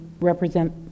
represent